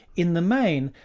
in the main,